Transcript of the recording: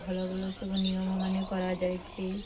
ଭଲ ଭଲ ସବୁ ନିୟମମାନେ କରାଯାଇଛି